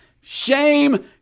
Shame